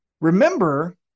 Remember